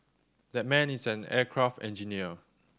that man is an aircraft engineer